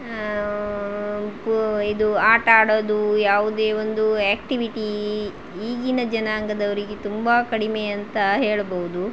ಇದು ಆಟ ಆಡೋದು ಯಾವುದೇ ಒಂದು ಆ್ಯಕ್ಟಿವಿಟೀ ಈಗಿನ ಜನಾಂಗದವರಿಗೆ ತುಂಬ ಕಡಿಮೆ ಅಂತ ಹೇಳ್ಬವ್ದು